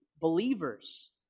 believers